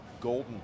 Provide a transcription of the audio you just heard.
golden